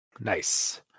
Nice